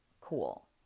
cool